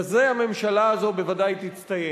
בזה הממשלה הזאת בוודאי תצטיין.